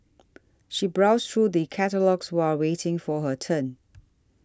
she browsed through the catalogues while waiting for her turn